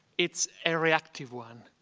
it's a reactive one.